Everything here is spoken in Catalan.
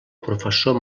professor